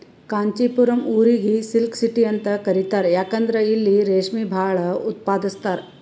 ಕಾಂಚಿಪುರಂ ಊರಿಗ್ silk city ಅಂತ್ ಕರಿತಾರ್ ಯಾಕಂದ್ರ್ ಇಲ್ಲಿ ರೇಶ್ಮಿ ಭಾಳ್ ಉತ್ಪಾದಸ್ತರ್